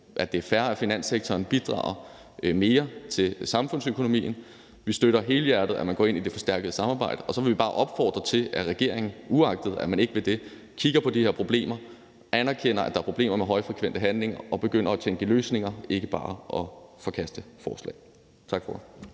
at det er fair, at finanssektoren bidrager mere til samfundsøkonomien. Vi støtter helhjertet, at man går ind i det forstærkede samarbejde, og så vil vi bare opfordre til, at regeringen, uagtet at man ikke vil det, kigger på de her problemer, anerkender, at der er problemer med højfrekvente handler, og begynder at tænke i løsninger og ikke bare forkaster forslaget. Tak for